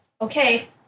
okay